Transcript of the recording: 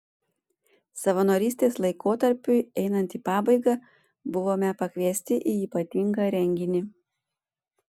savanorystės laikotarpiui einant į pabaigą buvome pakviesti į ypatingą renginį